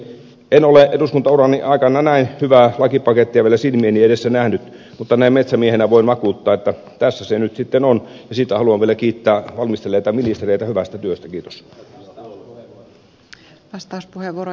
en ole eduskunta urani aikana näin hyvää lakipakettia vielä silmieni edessä nähnyt mutta näin metsämiehenä voin vakuuttaa että tässä se nyt sitten on ja siitä haluan vielä kiittää valmistelleita ministereitä hyvästä työstä